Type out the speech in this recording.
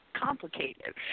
complicated